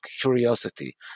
curiosity